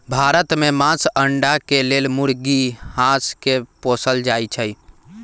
भारत में मास, अण्डा के लेल मुर्गी, हास के पोसल जाइ छइ